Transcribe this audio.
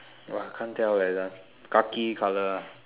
uh can't tell eh the one khaki colour one